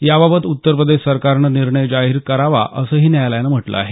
याबाबत उत्तर प्रदेश सरकारनं निर्णय जारी करावा असंही न्यायालयानं म्हटलं आहे